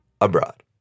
Abroad